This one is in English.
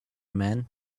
men